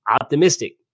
optimistic